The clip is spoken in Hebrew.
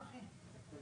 לא.